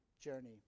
journey